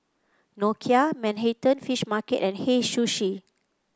Nokia Manhattan Fish Market and Hei Sushi